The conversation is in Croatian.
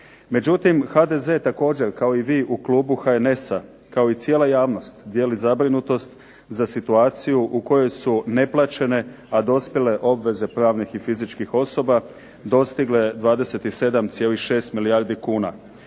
Međutim, HDZ također kao i vi u klubu HNS-a kao i cijela javnost dijeli zabrinutost za situaciju u kojoj su neplaćene, a dospjele obveze pravnih i fizičkih osoba dostigle 27,6 milijardi kuna.